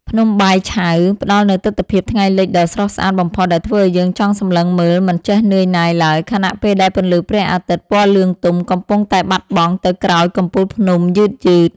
ភ្នំបាយឆៅ ផ្តល់នូវទិដ្ឋភាពថ្ងៃលិចដ៏ស្រស់ស្អាតបំផុតដែលធ្វើឱ្យយើងចង់សម្លឹងមើលមិនចេះជឿនណាយឡើយ ខណៈពេលដែលពន្លឺព្រះអាទិត្យពណ៌លឿងទុំកំពុងតែបាត់បង់ទៅក្រោយកំពូលភ្នំយឺតៗ។